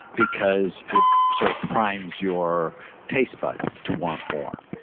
because it sort of primes your taste buds to want more.